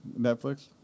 Netflix